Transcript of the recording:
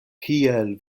kiel